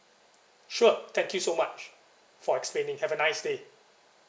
sure thank you so much for explaining have a nice day